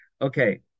Okay